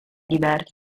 diverse